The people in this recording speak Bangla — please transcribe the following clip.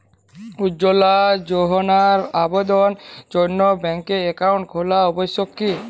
উজ্জ্বলা যোজনার আবেদনের জন্য ব্যাঙ্কে অ্যাকাউন্ট খোলা আবশ্যক কি?